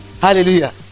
hallelujah